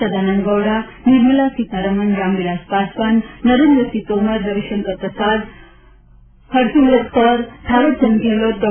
Sadananda Gowda Nirmala Sitharaman Ramvilas Paswan Narendra Singh Tomar Ravishankar Prasad Harsimrat Kaur Thawarchand Gehlot Dr